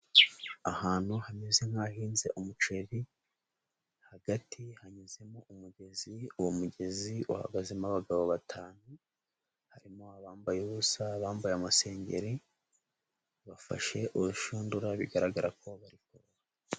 Ahantu hameze nk'ahahinze umuceri, hagati hanyuzemo umugezi. Uwo mugezi uhagazemo abagabo batanu, harimo abambaye ubusa, bambaye amasengeri, bafashe urushundura bigaragara ko bari kuroba.